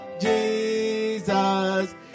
Jesus